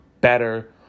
better